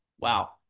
Wow